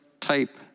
type